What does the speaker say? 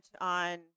on